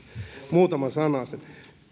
muutaman sanasen